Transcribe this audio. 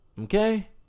Okay